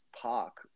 park